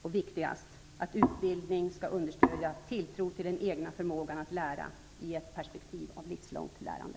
Det viktigaste är att utbildning skall understödja tilltron till den egna förmågan att lära, i ett perspektiv av livslångt lärande.